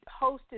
hosted